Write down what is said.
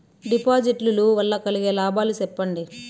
డిపాజిట్లు లు వల్ల కలిగే లాభాలు సెప్పండి?